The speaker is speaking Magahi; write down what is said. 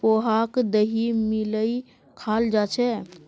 पोहाक दहीत मिलइ खाल जा छेक